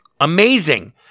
amazing